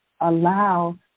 allow